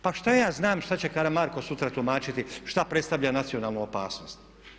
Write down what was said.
Pa što ja znam što će Karamarko sutra tumačiti što predstavlja nacionalnu opasnost.